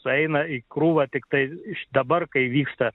sueina į krūvą tiktai iš dabar kai vyksta